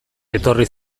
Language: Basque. etorri